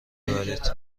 ببرید